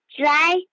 dry